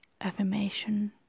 affirmation